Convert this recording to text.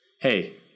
Hey